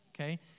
okay